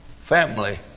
family